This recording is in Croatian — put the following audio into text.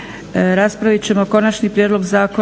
glasovanje konačni prijedlog zakona.